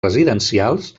residencials